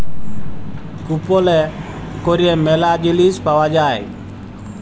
কুপলে ক্যরে ম্যালা জিলিস পাউয়া যায়